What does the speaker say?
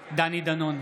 בעד דני דנון,